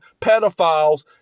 pedophiles